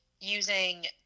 using